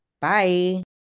bye